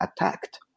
attacked